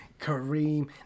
Kareem